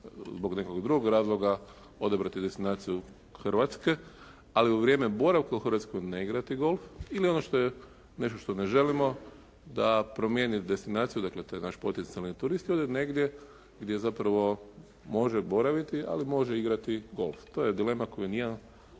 zbog nekog drugog razloga odabrati destinaciju Hrvatske, ali u vrijeme boravka u Hrvatskoj ne igrati golf, ili ono što je nešto što ne želimo da promijeni destinaciju, dakle to je naš potencijalni turist ili negdje gdje zapravo može boraviti, ali može igrati golf. To je dilema koju ni jedan